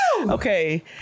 Okay